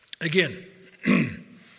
again